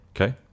Okay